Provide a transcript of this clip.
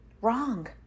wrong